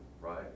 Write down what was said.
right